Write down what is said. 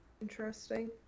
Interesting